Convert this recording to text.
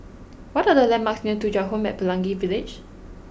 what are the landmarks near Thuja Home at Pelangi Village